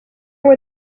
were